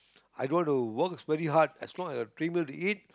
i don't want to work very hard as long as I have three meal to eat